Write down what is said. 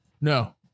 No